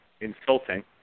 insulting